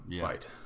fight